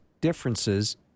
differences